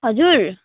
हजुर